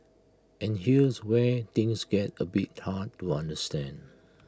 and here's where things get A bit hard to understand